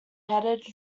headed